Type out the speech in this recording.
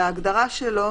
ההגדרה שלו,